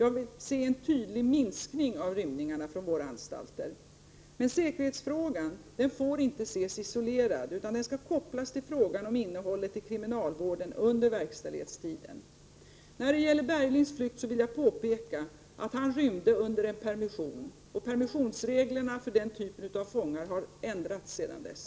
Jag vill se en tydlig minskning av rymningarna från våra anstalter. Men frågan om säkerhet får inte ses isolerad, utan den skall kopplas till frågan om innehållet i vården av kriminella under verkställighetstiden. När det gäller Berglings flykt vill jag påpeka att han rymde under en permission, och permissionsreglerna för den typen av fångar har ändrats sedan dess.